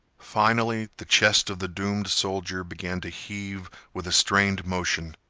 finally, the chest of the doomed soldier began to heave with a strained motion.